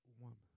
woman